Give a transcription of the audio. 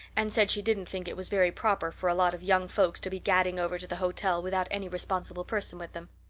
and said she didn't think it was very proper for a lot of young folks to be gadding over to the hotel without any responsible person with them.